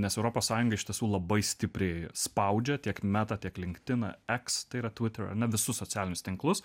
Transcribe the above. nes europos sąjunga iš tiesų labai stipriai spaudžia tiek meta tiek linked iną x tai yra twitter visus socialinius tinklus